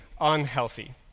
unhealthy